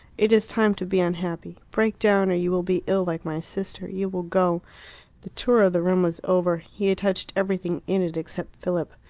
it is time to be unhappy. break down or you will be ill like my sister. you will go the tour of the room was over. he had touched everything in it except philip.